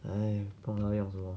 !hais! 碰到要什么